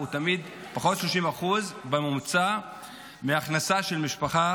30% בממוצע מההכנסה של משפחה